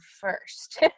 first